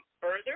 further